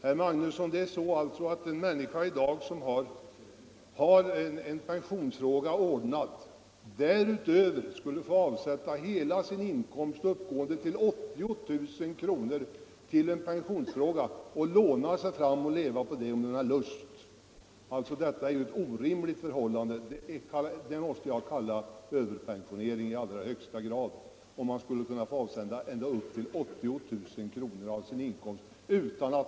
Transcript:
Herr Magnusson, det är så att en människa, som i dag har sin pensionsfråga ordnad, därutöver skulle få avsätta hela sin inkomst upp till 40 000 kr. till pension och under tiden kunna låna sig fram — för att leva på det, om den människan hade lust. Detta är ett orimligt förhållande. Jag måste kalla det överpensionering i allra högsta grad, om man skulle kunna avsätta hela sin inkomst ända upp till 40 000 kr.